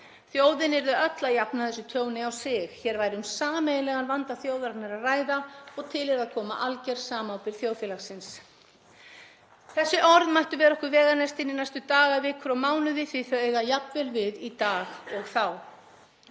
Þjóðin yrði að jafna þessu tjóni á sig, hér væri um sameiginlegan vanda þjóðarinnar að ræða og til yrði að koma alger samábyrgð þjóðfélagsins. Þessi orð mættu vera okkur veganesti inn í næstu daga, vikur og mánuði því þau eiga jafnvel við í dag og þá.